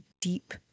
deep